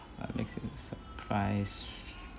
surprise